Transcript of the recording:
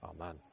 Amen